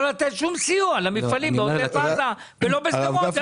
לתת שום סיוע למפעלים בעוטף עזה ולא בשדרות.